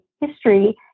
history